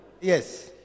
yes